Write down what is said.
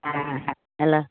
हँ हैलो